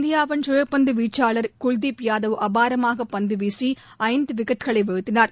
இந்தியாவின் சுழற்பந்து வீச்சாளர் குல்தீப் யாதவ் அபாரமாக பந்துவீசி ஐந்து விக்கெட்டுகளை வீழ்த்தினார்